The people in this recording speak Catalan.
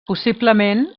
possiblement